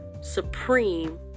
supreme